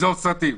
לגזור סרטים.